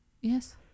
yes